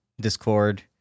discord